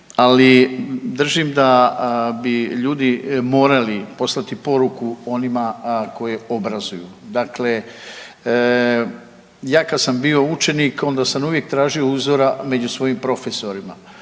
Ali držim da bi ljudi morali poslati poruku onima koje obrazuju. Dakle, ja kada sam bio učenik onda sam uvijek tražio uzora među svojim profesorima